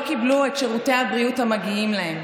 קיבלו את שירותי הבריאות המגיעים להם,